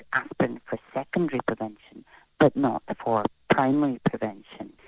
aspirin for secondary prevention but not ah for primary prevention.